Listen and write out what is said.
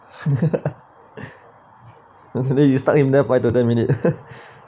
so then you stuck him there five to ten minute